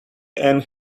and